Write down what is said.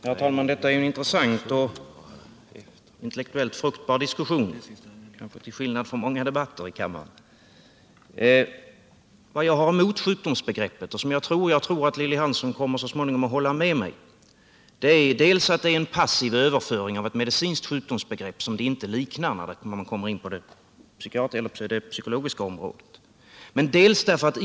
Herr talman! Detta är en intressant och intellektuellt fruktbar diskussion, till skillnad från många andra debatter i kammaren. Vad jag har emot detta sjukdomsbegrepp, och det tror jag Lilly Hansson så småningom kommer att hålla med mig om, är att det är en passiv överföring av ett medicinskt sjukdomsbegrepp som det inte liknar när man kommer in på det psykologiska området.